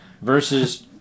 Versus